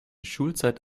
schulzeit